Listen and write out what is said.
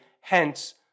hence